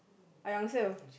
I answer